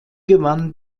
gewann